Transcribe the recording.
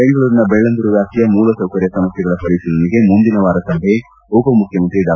ಬೆಂಗಳೂರಿನ ಬೆಳ್ಳಂದೂರು ವ್ಯಾಪ್ತಿಯ ಮೂಲಸೌಕರ್ಯ ಸಮಸ್ಥೆಗಳ ಪರಿತೀಲನೆಗೆ ಮುಂದಿನ ವಾರ ಸಭೆ ಉಪಮುಖ್ಖಮಂತ್ರಿ ಡಾ